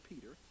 Peter